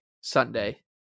Sunday